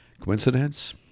Coincidence